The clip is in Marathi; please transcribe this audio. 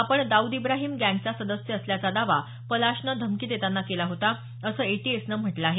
आपण दाऊद इब्राहिम गँगचा सदस्य असल्याचा दावा पलाशनं धमकी देताना केला होता असं एटीएसनं म्हटलं आहे